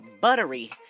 buttery